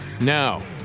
Now